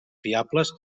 fiables